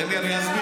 תן לי, אני אסביר.